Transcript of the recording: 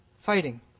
fighting